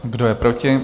Kdo je proti?